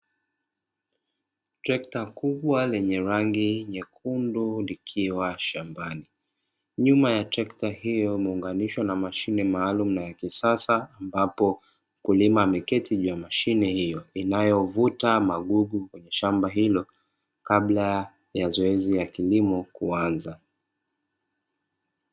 Trekta kubwa lenye rangi nyekundu likiwa shambani, nyuma ya trekta hiyo imeunganishwa na mashine maalumu na ya kisasa ambapo, mkulima ameketi juu mashine hiyo inayovuta magugu shamba hilo kabla ya zoezi ya kilimo kuanza.